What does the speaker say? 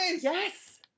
Yes